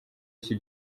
iki